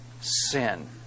sin